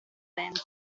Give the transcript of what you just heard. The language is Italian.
venti